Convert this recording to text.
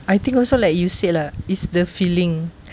I think also like you said lah is the feeling